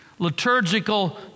liturgical